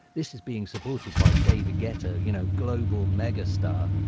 this is being supported by david guetta, you know global megastar,